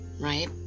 right